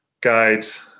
guides